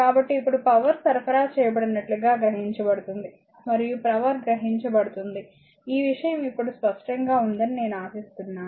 కాబట్టి ఇప్పుడు పవర్ సరఫరా చేయబడినట్లుగా గ్రహించబడుతుంది మరియు పవర్ గ్రహించబడుతుంది ఈ విషయం ఇప్పుడు స్పష్టంగా ఉందని నేను ఆశిస్తున్నాను